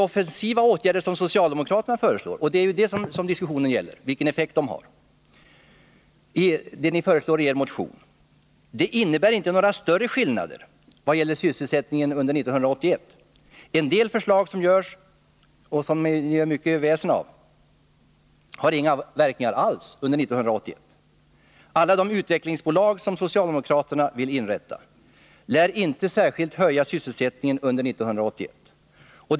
Diskussionen gäller vilken effekt som de av socialdemokraterna föreslagna offensiva åtgärderna har. Det som ni föreslår i er motion innebär inte några större skillnader i vad gäller sysselsättningen under 1981. En del förslag som görs — och som ni gör mycket väsen av — får inga verkningar alls under 1981. Alla de utvecklingsbolag som socialdemokraterna vill inrätta lär inte höja sysselsättningen särskilt mycket under 1981.